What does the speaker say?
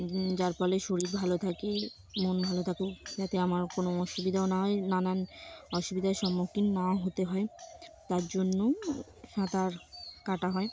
যার ফলে শরীর ভালো থাকে মন ভালো থাুক যাতে আমার কোনো অসুবিধাও না হয় নানান অসুবিধার সম্মুখীন না হতে হয় তার জন্য সাঁতার কাটা হয়